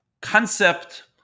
concept